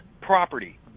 property